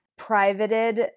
privated